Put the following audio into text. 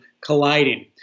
colliding